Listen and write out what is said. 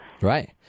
Right